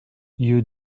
you